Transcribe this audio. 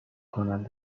کنند